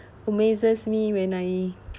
amazes me when I